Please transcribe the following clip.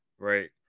Right